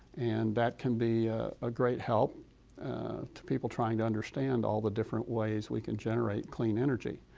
and that can be a great help to people trying to understand all the different ways we can generate clean energy.